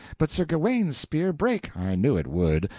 but sir gawaine's spear brake i knew it would.